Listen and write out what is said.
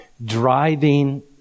driving